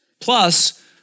Plus